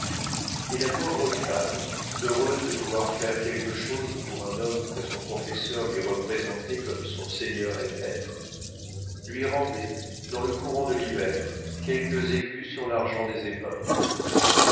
et la pauvre femme heureuse de pouvoir faire quelque chose pour un homme que son confesseur lui représentait comme son seigneur et maître lui rendait dans le courant de l'hiver quelques écus sur l'argent des épingles